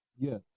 Yes